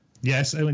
Yes